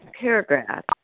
paragraph